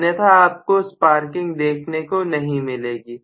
अन्यथा आपको स्पार्किंग देखने को नहीं मिलेगी